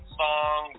song